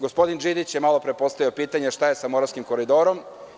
Gospodin Đidić je malopre postavio pitanje šta je sa moravskim koridorom.